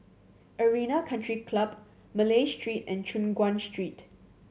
Arena Country Club Malay Street and Choon Guan Street